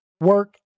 work